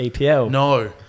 No